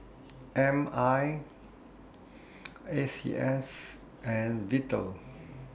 M I A C S and Vital